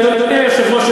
אדוני היושב-ראש,